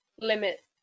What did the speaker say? limit